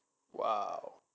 !wow!